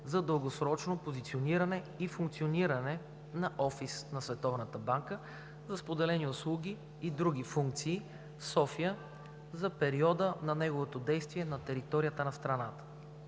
за дългосрочно позициониране и функциониране на офис на Световната банка за споделени услуги и други функции в София за периода на неговото действие на територията на страната.